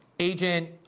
agent